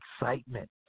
excitement